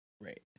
Right